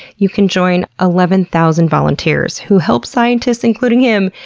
you can join eleven thousand volunteers who help scientists, including him,